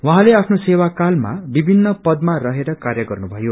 उहाँले औँफ्नो सेपाकालामा विभिन्न पदमा रहेर कार्य गर्नुभयो